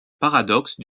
paradoxe